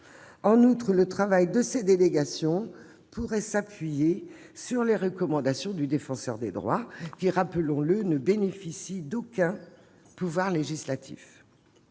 En outre, le travail des délégations pourrait s'appuyer sur les recommandations du Défenseur des droits, qui, rappelons-le, n'a aucun pouvoir législatif.